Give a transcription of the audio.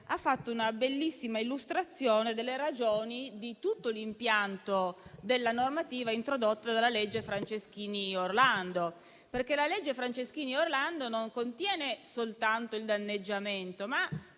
ha fatto una bellissima illustrazione delle ragioni di tutto l'impianto della normativa introdotta dalla legge n. 22 del 2022, cosiddetta legge Franceschini Orlando. Essa contiene non soltanto il danneggiamento,